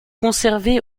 conservé